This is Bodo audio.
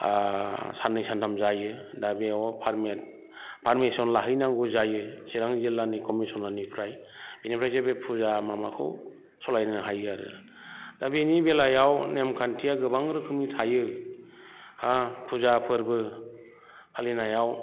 साननै सानथाम जायो दा बेयाव पारमिस'न लाहैनांगौ जायो चिरां जिल्लानि कमिसनारनिफ्राय बेनिफ्रायसो बे फुजा माबाखौ सालायनो हायो आरो दा बेनि बेलायाव नेम खान्थिया गोबां रोखोमनि थायो फुजा फोरबो फालिनायाव